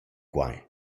quai